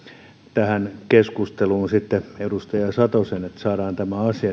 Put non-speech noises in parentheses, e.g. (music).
tähän keskusteluun edustaja satosen että saadaan tämä asia (unintelligible)